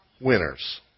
winners